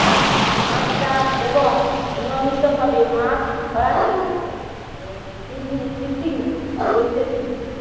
মাছ চাষ এবং নিয়মিত ভাবে মাছ ধরাকে ফিসিং বলতিচ্ছে